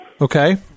Okay